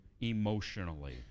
emotionally